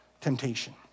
temptation